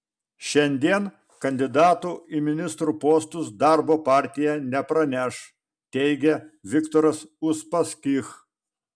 šiandien kandidatų į ministrų postus darbo partija nepraneš teigia viktoras uspaskich